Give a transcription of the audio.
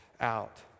out